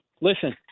Listen